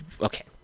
Okay